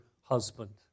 husband